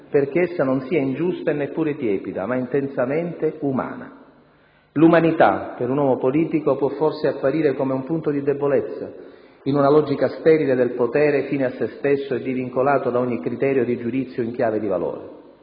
perché essa non sia ingiusta e neppure tiepida, ma intensamente umana». L'umanità per un uomo politico può forse apparire come un punto di debolezza, in una logica sterile del potere fine a se stesso e divincolato da ogni criterio di giudizio in chiave di valore.